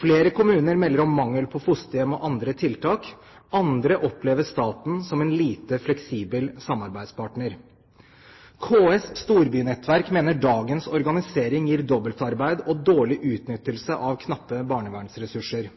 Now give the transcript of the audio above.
Flere kommuner melder om mangel på fosterhjem og andre tiltak, andre opplever staten som en lite fleksibel samarbeidspartner. KS Storbynettverk mener dagens organisering gir dobbeltarbeid og dårlig utnyttelse av knappe barnevernsressurser.